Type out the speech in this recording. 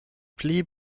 pli